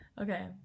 Okay